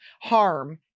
harm